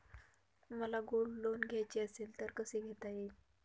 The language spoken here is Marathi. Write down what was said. मला गोल्ड लोन घ्यायचे असेल तर कसे घेता येईल?